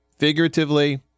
figuratively